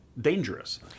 dangerous